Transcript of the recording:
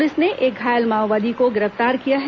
police ने एक घायल माओवादी को गिरफ्तार किया है